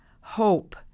hope